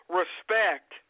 respect